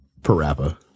Parappa